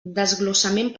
desglossament